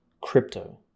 crypto